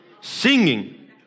Singing